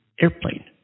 Airplane